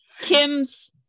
Kim's